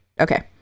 okay